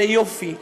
ליופי,